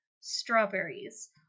strawberries